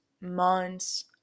months